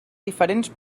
diferents